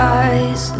eyes